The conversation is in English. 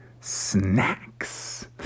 snacks